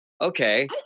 okay